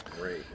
Great